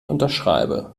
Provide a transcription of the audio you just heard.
unterschreibe